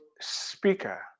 speaker